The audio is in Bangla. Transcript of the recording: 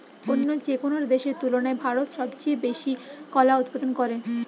অন্য যেকোনো দেশের তুলনায় ভারত সবচেয়ে বেশি কলা উৎপাদন করে